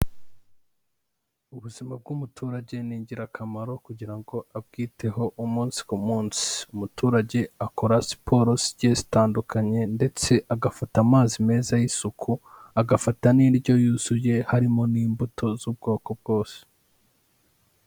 Ubuzima bw'umuturage ni ingirakamaro kugira ngo abwiteho umunsi ku munsi, umuturage akora siporo zigiye zitandukanye, ndetse agafata amazi meza y'isuku, agafata n'indyo yuzuye, harimo n'imbuto z'ubwoko bwose.